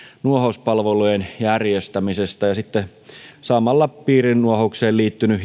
nuohouspalvelujen järjestämisestä ja samalla piirinuohoukseen liittynyt